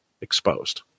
exposed